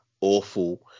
awful